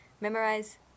memorize